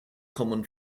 common